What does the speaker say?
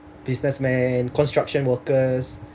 businessman construction workers